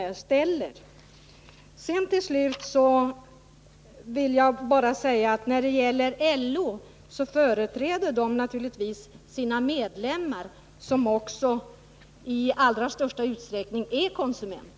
När det gäller LO vill jag till sist bara säga att man naturligtvis företräder sina medlemmar, som också i allra största utsträckning är konsumenter.